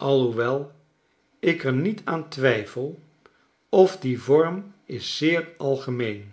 alhoewel ik er niet aan twijfel of die vorm is zeer algemeen